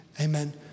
amen